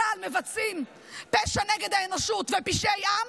צה"ל מבצעים פשע נגד האנושות ופשעי עם,